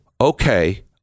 okay